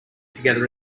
together